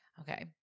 Okay